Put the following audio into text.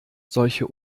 solche